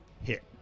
hit